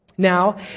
Now